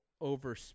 over